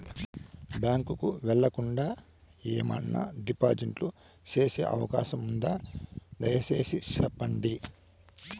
Bank కు వెళ్లకుండా, ఏమన్నా డిపాజిట్లు సేసే అవకాశం ఉందా, దయసేసి సెప్పండి?